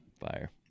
Fire